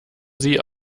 sie